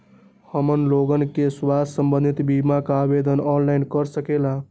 हमन लोगन के स्वास्थ्य संबंधित बिमा का आवेदन ऑनलाइन कर सकेला?